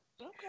Okay